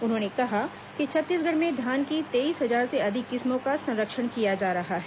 उन्होंने कहा कि छत्तीसगढ़ में धान की तेईस हजार से अधिक किस्मों का संरक्षण किया जा रहा है